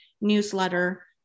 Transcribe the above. newsletter